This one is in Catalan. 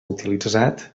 utilitzat